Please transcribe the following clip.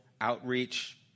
outreach